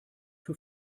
für